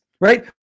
right